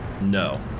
No